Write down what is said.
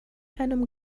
einem